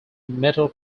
metal